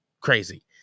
crazy